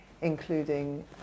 including